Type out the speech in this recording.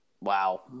Wow